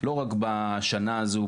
לא רק בשנה הזו,